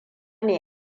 ne